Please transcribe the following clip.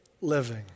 living